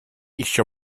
еще